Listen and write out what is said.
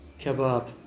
Kebab